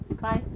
Bye